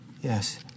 yes